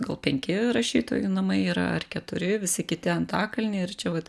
gal penki rašytojų namai yra ar keturi visi kiti antakalny ir čia vat